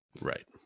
Right